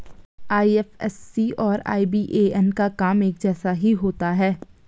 IFSC और IBAN का काम एक जैसा ही होता है